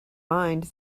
mind